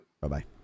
Bye-bye